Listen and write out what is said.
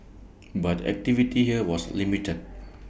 but activity here was limited